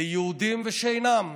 ליהודים ושאינם,